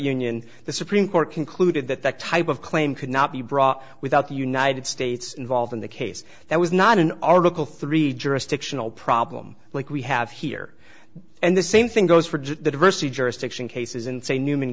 union the supreme court concluded that that type of claim could not be brought without the united states involved in the case that was not an article three jurisdictional problem like we have here and the same thing goes for the diversity jurisdiction cases and say newman